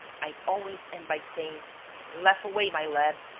i always end by saying laugh away, my lad.